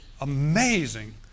amazing